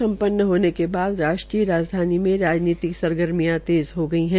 संपन्न होने के बाद राष्ट्रीय राजधानी में राजनीतिक सरगर्मियां तेज़ हो गई है